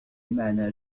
معنى